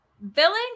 villain